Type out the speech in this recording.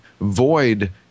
void